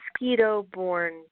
mosquito-borne